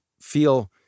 feel